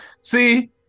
See